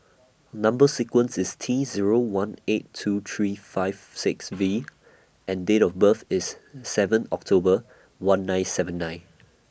Number sequence IS T Zero one eight two three five six V and Date of birth IS seven October one nine seven nine